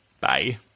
Bye